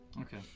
Okay